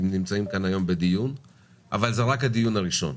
נמצאים כאן היום בדיון אבל זה רק הדיון הראשון.